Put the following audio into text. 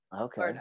okay